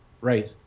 Right